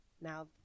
Now